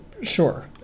Sure